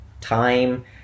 time